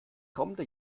kommende